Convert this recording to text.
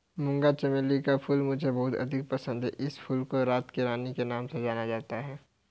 मूंगा चमेली का फूल मुझे बहुत अधिक पसंद है इस फूल को रात की रानी के नाम से भी जानते हैं